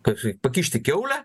kaip sakyt pakišti kiaulę